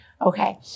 okay